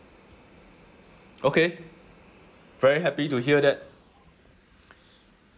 okay very happy to hear that